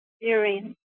experience